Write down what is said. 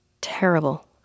terrible